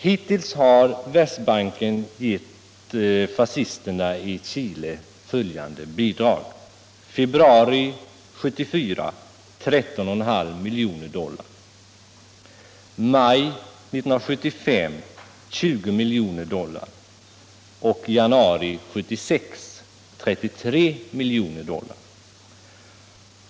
Hittills har Världsbanken gett fascisterna i Chile följande bidrag: i februari 1974 13,5 miljoner dollar, i maj 1975 20 miljoner dollar och i januari 1976 33 miljoner dollar.